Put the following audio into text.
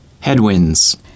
Headwinds